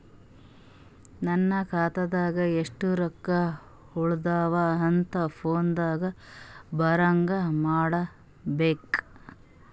ನನ್ನ ಖಾತಾದಾಗ ಎಷ್ಟ ರೊಕ್ಕ ಉಳದಾವ ಅಂತ ಫೋನ ದಾಗ ಬರಂಗ ಮಾಡ ಬೇಕ್ರಾ?